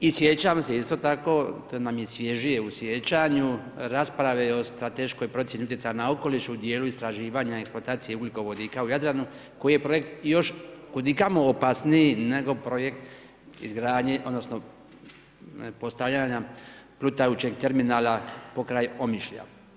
I sjećam se isto tako, to mi je svježije u sjećanju rasprave o strateškoj procjeni utjecaja na okoliš u dijelu istraživanja i eksploatacije ugljikovodika u Jadranu, koji je projekt još kud i kamo opasniji, nego projekt izgradnje, odnosno, postavljanja plutajućeg terminala pokraj Omišlja.